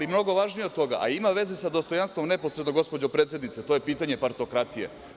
Mnogo važnije od toga, a ima veze sa dostojanstvo neposredno, gospođo predsednice, to je pitanje partokratije.